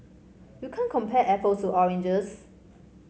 you can't compare apples to oranges